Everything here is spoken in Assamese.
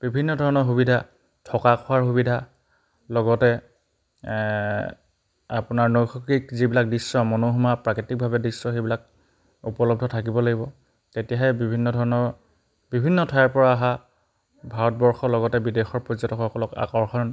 বিভিন্ন ধৰণৰ সুবিধা থকা খোৱাৰ সুবিধা লগতে আপোনাৰ নৈসৰ্গিক যিবিলাক দৃশ্য মনোমোহা প্ৰাকৃতিকভাৱে দৃশ্য সেইবিলাক উপলব্ধ থাকিব লাগিব তেতিয়াহে বিভিন্ন ধৰণৰ বিভিন্ন ঠাইৰপৰা অহা ভাৰতবৰ্ষৰ লগতে বিদেশৰ পৰ্যটকসকলক আকৰ্ষণ